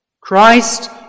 Christ